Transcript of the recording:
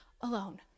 alone